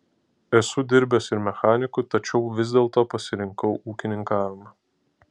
esu dirbęs ir mechaniku tačiau vis dėlto pasirinkau ūkininkavimą